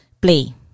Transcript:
Play